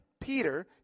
Peter